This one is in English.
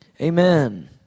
amen